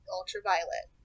Ultraviolet